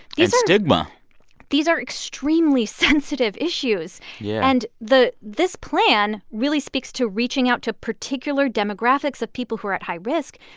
stigma these are extremely sensitive issues yeah and the this plan really speaks to reaching out to particular demographics of people who are at high risk.